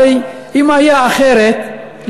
הרי אם היה אחרת,